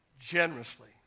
generously